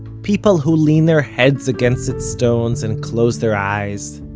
people who lean their heads against its stones and close their eyes.